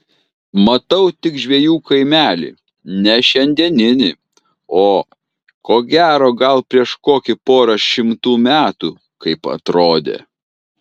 matau tik žvejų kaimelį ne šiandieninį o ko gero gal prieš kokį porą šimtų metų kaip atrodė